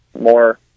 more